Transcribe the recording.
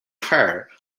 carr